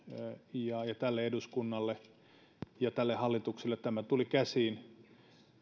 ja ja tälle eduskunnalle ja tälle hallitukselle tämä tuli käsiin